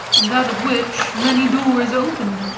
and out of which many doors opened.